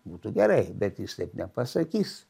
būtų gerai bet jis taip nepasakys